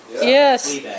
yes